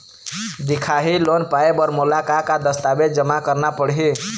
दिखाही लोन पाए बर मोला का का दस्तावेज जमा करना पड़ही?